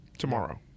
tomorrow